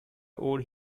owed